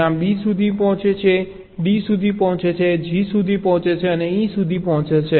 જ્યાં B સુધી પહોંચે છે D સુધી પહોંચે છે G સુધી પહોંચે છે અને E સુધી પહોંચે છે